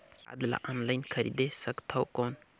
खाद ला ऑनलाइन खरीदे सकथव कौन?